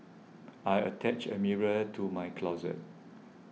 I attached a mirror to my closet